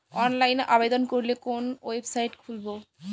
অনলাইনে আবেদন করলে কোন ওয়েবসাইট খুলব?